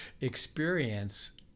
experience